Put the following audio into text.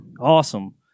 Awesome